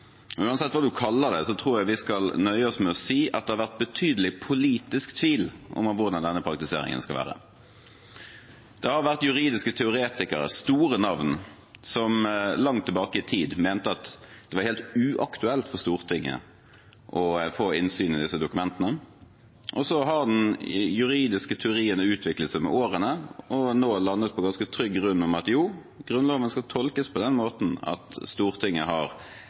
Uansett hva man kaller det, tror jeg vi skal nøye oss med å si at det har vært betydelig politisk tvil om hvordan denne praktiseringen skal være. Det har vært juridiske teoretikere, store navn, som langt tilbake i tid mente at det var helt uaktuelt for Stortinget å få innsyn i disse dokumentene. Så har de juridiske teoriene utviklet seg med årene og nå landet på ganske trygg grunn, nemlig at Grunnloven skal tolkes på den måten at Stortinget har